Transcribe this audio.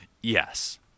Yes